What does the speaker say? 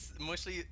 mostly